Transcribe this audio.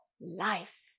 life